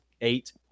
eight